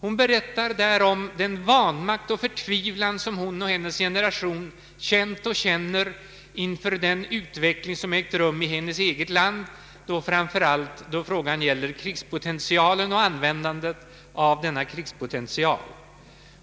Hon berättar där om den vanmakt och förtvivlan som hon och hennes generation har känt och känner inför den utveckling som ägt rum i hennes eget land, framför allt när det gäller krigspotentialen och användandet av denna potential.